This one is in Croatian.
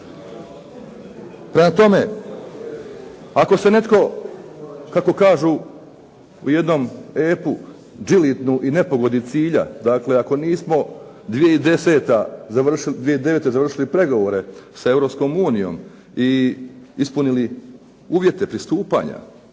Prema tome, ako se netko kaže u jednom epu, džilidnu i ne pogodi cilja. Dakle ako nismo 2009. završili pregovore sa Eurpskom unijom i ispunili uvjete pristupanja,